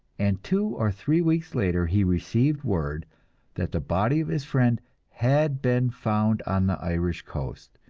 and two or three weeks later he received word that the body of his friend had been found on the irish coast,